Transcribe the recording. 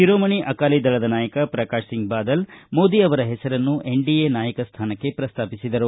ಶಿರೋಮಣಿ ಅಕಾಲಿದಳದ ನಾಯಕ ಪ್ರಕಾಶ್ ಸಿಂಗ್ ಬಾದಲ್ ಮೋದಿ ಅವರ ಹೆಸರನ್ನು ಎನ್ಡಿಎ ನಾಯಕ ಸ್ಟಾನಕ್ಕೆ ಪ್ರಸ್ತಾಪಿಸಿದರು